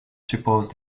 suppose